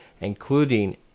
including